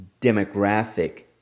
demographic